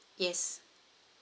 yes